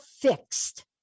fixed